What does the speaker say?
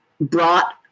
brought